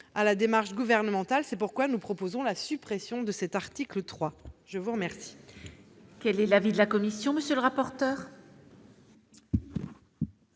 à la démarche gouvernementale. C'est pourquoi nous proposons la suppression de l'article 3. Quel